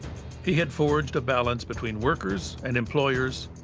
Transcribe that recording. he had forged a balance between workers and employers,